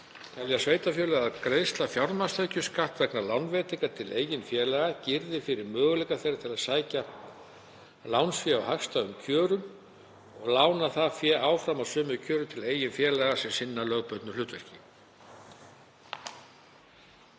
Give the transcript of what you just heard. Telja sveitarfélög að greiðsla fjármagnstekjuskatts vegna lánveitinga til eigin félaga girði fyrir möguleika þeirra til að sækja lánsfé á hagstæðum kjörum og lána það fé áfram á sömu kjörum til eigin félaga sem sinna lögbundnu hlutverki.